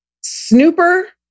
Snooper